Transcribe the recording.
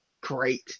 great